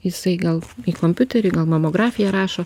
jisai gal į kompiuterį gal mamografiją rašo